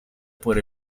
por